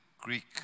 Greek